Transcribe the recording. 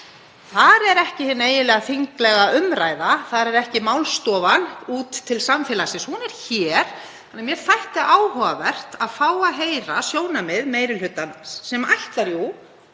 Þar er ekki hin eiginlega þinglega umræða. Þar er ekki málstofan út til samfélagsins. Hún er hér. Mér þætti áhugavert að fá að heyra sjónarmið meiri hlutans sem ætlar jú